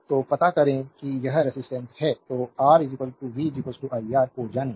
slide time देखें 2502 तो पता करें कि यह रेजिस्टेंस है तो R v iR को जानें